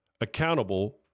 accountable